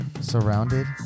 surrounded